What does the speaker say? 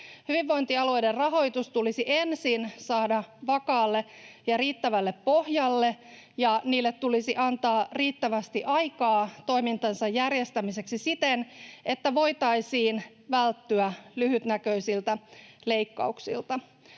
Hyvinvointialueiden rahoitus tulisi ensin saada vakaalle ja riittävälle pohjalle ja niille tulisi antaa riittävästi aikaa toimintansa järjestämiseksi siten, että voitaisiin välttyä lyhytnäköisiltä leikkauksilta.